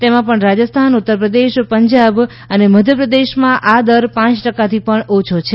તેમાં પણ રાજસ્થાન ઉત્તર પ્રદેશ પંજાબ અને મધ્યપ્રદેશમાં આ દર પાંચ ટકાથી પણ ઓછો છે